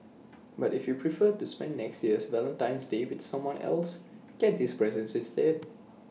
but if you prefer to spend next year's Valentine's day with someone else give these presents instead